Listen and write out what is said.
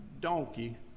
donkey